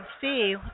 see